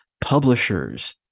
publishers